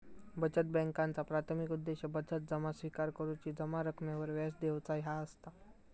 बचत बॅन्कांचा प्राथमिक उद्देश बचत जमा स्विकार करुची, जमा रकमेवर व्याज देऊचा ह्या असता